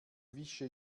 wische